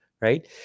right